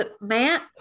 Matt